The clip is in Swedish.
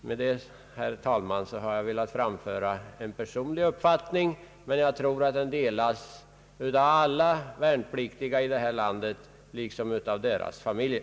Med vad jag här anfört, herr talman, har jag velat ge uttryck åt en personlig uppfattning, men jag tror att den delas av alla värnpliktiga här i landet liksom av deras familjer.